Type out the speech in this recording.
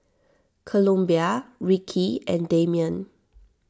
Columbia Rickie and Dameon